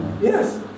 Yes